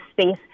space